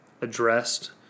addressed